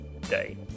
Day